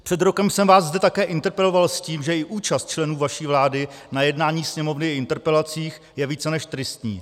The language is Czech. Před rokem jsem vás zde také interpeloval s tím, že i účast členů vaší vlády na jednání Sněmovny i interpelacích je více než tristní.